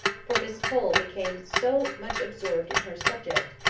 for miss pole became so much absorbed in her subject,